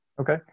Okay